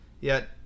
Yet